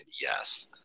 yes